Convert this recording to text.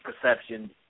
perception